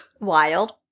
Wild